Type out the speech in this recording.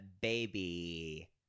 Baby